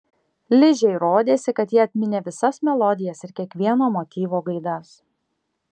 ližei rodėsi kad ji atminė visas melodijas ir kiekvieno motyvo gaidas